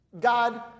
God